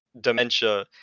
dementia